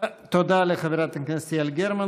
תודה לחברת הכנסת יעל גרמן.